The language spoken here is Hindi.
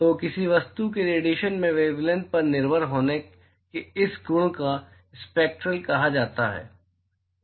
तो किसी वस्तु के रेडिएशन के वेवलैंथ पर निर्भर होने के इस गुण को स्पैक्टरल कहा जाता है